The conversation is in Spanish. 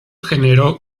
generó